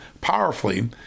powerfully